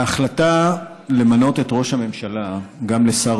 ההחלטה למנות את ראש הממשלה גם לשר